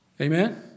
Amen